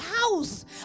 house